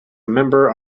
member